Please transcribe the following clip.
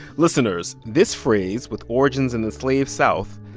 listeners, this phrase, with origins in the slave south,